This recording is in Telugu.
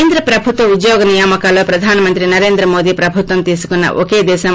కేంద్రప్రభుత్వ ఉద్యోగ నియామకాల్లో ప్రధానమంత్రి నరేంద్ర మోడీ ప్రభుత్వం తీసికున్న ఒకే దేశం